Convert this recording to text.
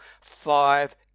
Five